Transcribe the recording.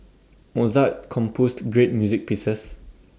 Mozart composed great music pieces